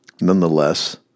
Nonetheless